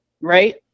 right